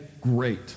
great